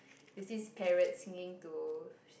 there's this parrot singing to